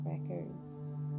Records